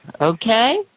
Okay